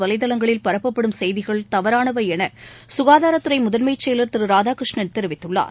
வலைதளங்களில் பரப்பப்படும் செய்திகள் தவறானவை என சுகாதாரத்துறை முதன்மைச் செயலர் திரு ராதாகிருஷ்ணன் தெரிவித்துள்ளார்